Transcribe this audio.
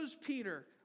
Peter